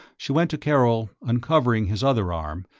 she went to karol, uncovering his other arm,